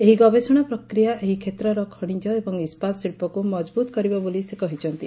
ଏହି ବଗେଷଣା ପ୍ରକ୍ରିୟା ଏହି ଷେତ୍ରର ଖଶିଜ ଏବଂ ଇସ୍ସାତ ଶିବ୍ବକୁ ମଜବୁତ୍ କରିବ ବୋଲି ସେ କହିଛନ୍ତି